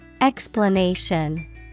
Explanation